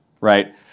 right